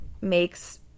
makes